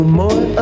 more